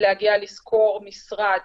להגיע לשכור משרד